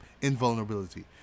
invulnerability